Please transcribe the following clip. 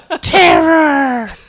Terror